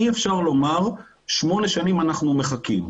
אי אפשר לומר שמונה שנים אנחנו מחכים.